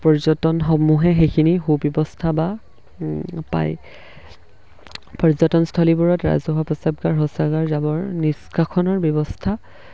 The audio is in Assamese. পৰ্যটনসমূহে সেইখিনি সুব্যৱস্থা বা পায় পৰ্যটনস্থলীবোৰত ৰাজহুৱা প্ৰস্ৰাৱগাৰ শৌচাগাৰ জাবৰ নিষ্কাশনৰ ব্যৱস্থা